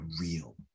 real